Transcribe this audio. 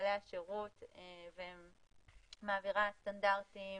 סמנכ"לי השירות ומעבירה סטנדרטים